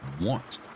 want